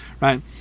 right